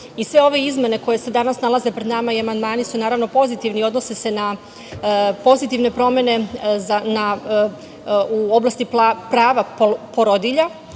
Sve ove izmene koje se danas nalaze pred nama i amandmani su, naravno, pozitivni i odnose se na pozitivne promene u oblasti prava porodilja.